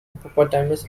hippopotamus